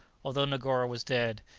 although negoro was dead,